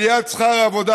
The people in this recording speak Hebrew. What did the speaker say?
עליית שכר העבודה,